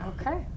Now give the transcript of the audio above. Okay